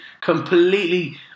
completely